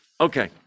Okay